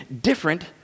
different